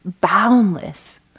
boundless